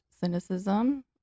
cynicism